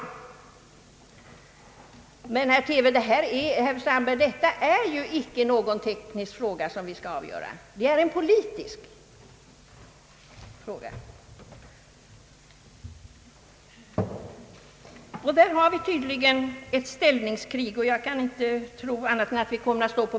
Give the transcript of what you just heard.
Bör vi inte något besinna vad som verkligen utbjudes i radio och TV?